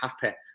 happy